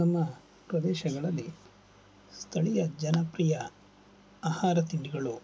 ನನ್ನ ಪ್ರದೇಶಗಳಲ್ಲಿ ಸ್ಥಳೀಯ ಜನಪ್ರಿಯ ಆಹಾರ ತಿಂಡಿಗಳು